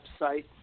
website